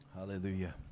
Hallelujah